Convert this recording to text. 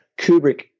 Kubrick